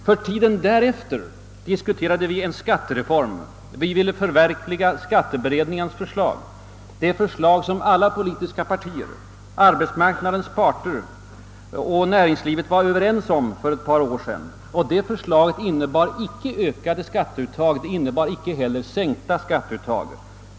För tiden därefter har vi diskuterat en skattereform, som innebär ett förverkligande av skatteberedningens förslag, ett förslag som alla politiska partier, arbetsmarknadens parter och näringslivet var överens om för ett par år sedan. Det förslaget innebar icke ökade skatteuttag men icke heller sänkta skatteuttag.